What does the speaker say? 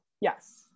Yes